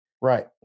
Right